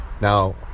Now